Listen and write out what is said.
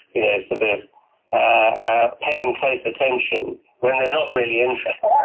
yeah sort ah of, paying close attention when they're not really interested.